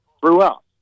throughout